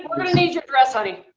we're gonna need your address honey.